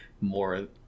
more